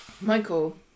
Michael